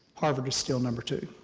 harvard is still number two.